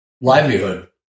livelihood